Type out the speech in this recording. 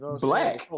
Black